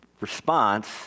response